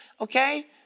okay